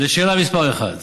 לשאלה מס' 1: